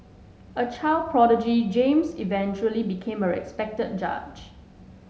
a child prodigy James eventually became a respect judge